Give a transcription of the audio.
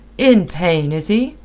in pain, is he?